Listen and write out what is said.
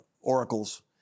oracles